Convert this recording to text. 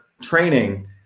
training